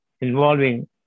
involving